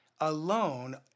alone